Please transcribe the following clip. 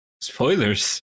Spoilers